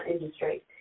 industry